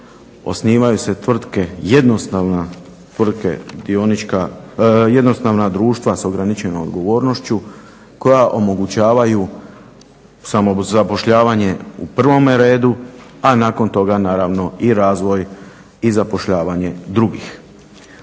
osnivaju se tvrtke, jednostavna društva s ograničenom odgovornošću koja omogućavaju samozapošljavanje u prvome redu, a nakon toga naravno i razvoj i zapošljavanje drugih.